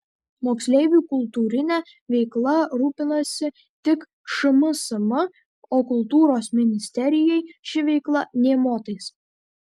moksleivių kultūrine veikla rūpinasi tik šmsm o kultūros ministerijai ši veikla nė motais